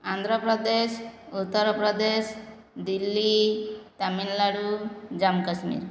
Andhra Pradesh Uttar Pradesh Delhi Tamil Nadu Jammu Kashmir